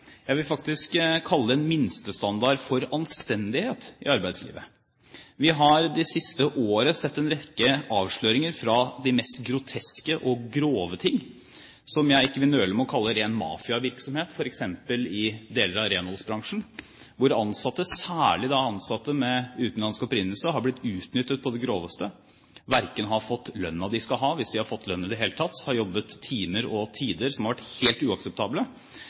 Jeg vil faktisk kalle det en minstestandard for anstendighet i arbeidslivet. Vi har det siste året sett en rekke avsløringer fra de mest groteske og grove ting som jeg ikke vil nøle med å kalle ren mafiavirksomhet, f.eks. i deler av renholdsbransjen. De ansatte, særlig ansatte med utenlandsk opprinnelse, har blitt utnyttet på det groveste, verken fått lønnen de skal ha – hvis de har fått lønn i det hele tatt – har jobbet timer og tider som har vært helt uakseptable,